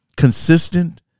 consistent